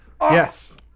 Yes